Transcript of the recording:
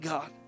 God